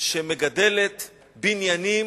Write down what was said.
שמגדלת בניינים,